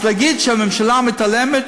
אז להגיד שהממשלה מתעלמת,